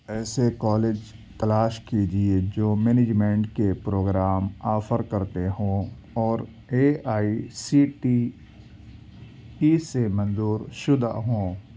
ایسے کالج تلاش کیجیے جو مینجمنٹ کے پروگرام آفر کرتے ہوں اور A I C T E سے منظور شدہ ہوں